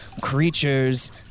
creatures